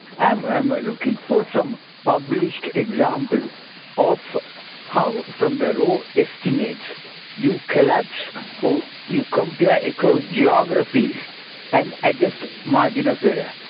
um i'm ah looking for some published example of how from the row estimates you collapse or you compare a closed geography and adjust margin of error.